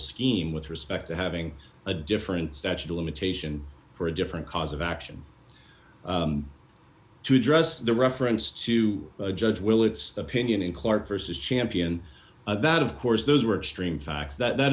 scheme with respect to having a different statute of limitation for a different cause of action to address the reference to judge willetts opinion in clarke versus champion about of course those were extreme facts that